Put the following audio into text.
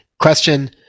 Question